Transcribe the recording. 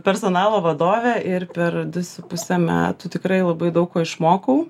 personalo vadovė ir per du su puse metų tikrai labai daug ko išmokau